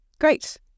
Great